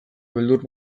beldur